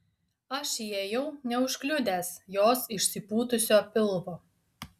aš įėjau neužkliudęs jos išsipūtusio pilvo